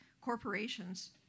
corporations